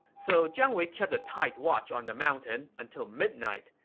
so jiang wei kept a tight watch on the mountain until midnight,